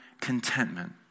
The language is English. contentment